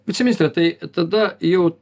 viceministre tai tada jau